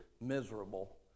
miserable